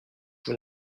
vous